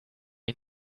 ihn